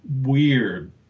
weird